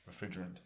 Refrigerant